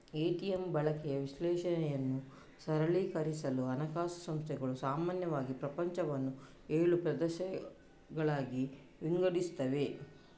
ATM ಬಳಕೆ ವಿಶ್ಲೇಷಣೆಯನ್ನು ಸರಳೀಕರಿಸಲು ಹಣಕಾಸು ಸಂಸ್ಥೆಗಳು ಸಾಮಾನ್ಯವಾಗಿ ಪ್ರಪಂಚವನ್ನು ಏಳು ಪ್ರದೇಶಗಳಾಗಿ ವಿಂಗಡಿಸುತ್ತವೆ